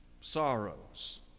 sorrows